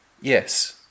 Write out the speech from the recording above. yes